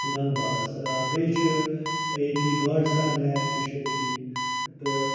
گنٛگہٕ بلس بیٚیہِ چھِ ییٚتی گاڈٕ سر لیک تہِ چھُ أتی تہٕ